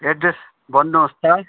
address भन्नुहोस् त